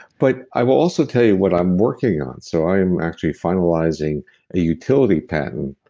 but i will also tell you what i'm working on. so i'm actually finalizing a utility patent,